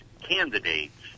candidates